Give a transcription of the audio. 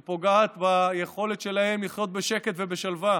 היא פוגעת ביכולת שלהם לחיות בשקט ובשלווה,